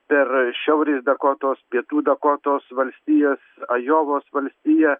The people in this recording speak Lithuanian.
per šiaurės dakotos pietų dakotos valstijos ajovos valstiją